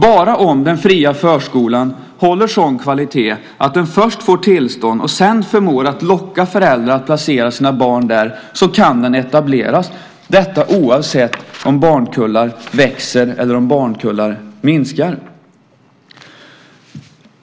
Bara om den fria förskolan håller sådan kvalitet att den först får tillstånd och sedan förmår locka föräldrar att placera sina barn där kan den etableras, oavsett om barnkullar växer eller om barnkullar minskar.